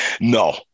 No